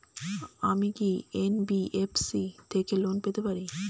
আমি কি এন.বি.এফ.সি থেকে লোন নিতে পারি?